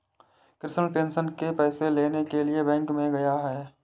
Krishna pension के पैसे लेने के लिए बैंक में गया